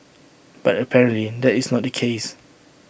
but apparently that is not the case